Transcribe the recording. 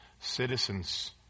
Citizens